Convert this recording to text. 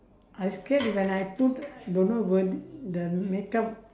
I scared when I put I don't know what the makeup